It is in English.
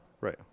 right